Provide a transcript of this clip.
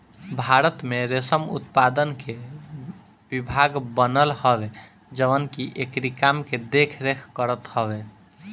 भारत में रेशम उत्पादन के विभाग बनल हवे जवन की एकरी काम के देख रेख करत हवे